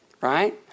right